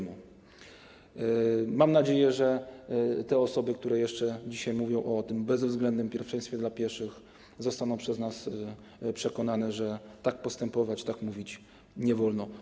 Mam nadzieję, że osoby, które jeszcze dzisiaj mówią o tym bezwzględnym pierwszeństwie dla pieszych, zostaną przez nas przekonane, że tak postępować, tak mówić nie wolno.